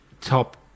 top